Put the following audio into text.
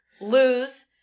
lose